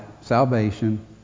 salvation